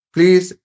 Please